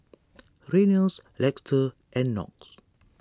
Reynolds Lester and Knox